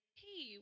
hey